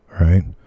right